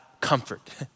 comfort